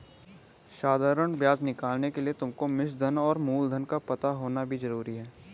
साधारण ब्याज निकालने के लिए तुमको मिश्रधन और मूलधन का पता होना भी जरूरी है